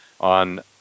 on